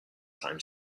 time